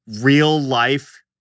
real-life